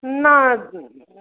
না না